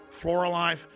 Floralife